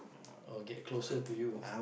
or get closer to you